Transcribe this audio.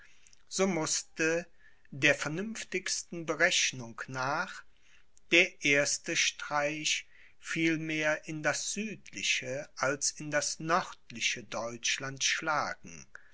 so mußte der vernünftigsten berechnung nach der erste streich vielmehr in das südliche als in das nördliche deutschland schlagen